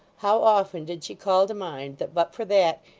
how often did she call to mind that but for that,